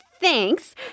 Thanks